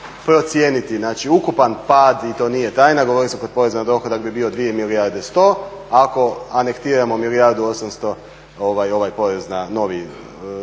procijeniti ukupan pad i to nije tajna. Govorili smo kod poreza na dohodak bi bio 2 milijarde 100, ako anektiramo milijardu 800 prihod